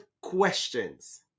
questions